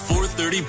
4.30